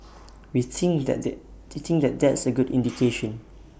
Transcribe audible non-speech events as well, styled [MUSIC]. [NOISE] we think that that [UNINTELLIGIBLE] think that that's A good [NOISE] indication